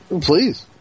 Please